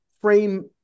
frame